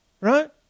right